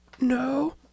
No